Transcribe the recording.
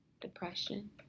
depression